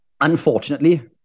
Unfortunately